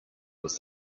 was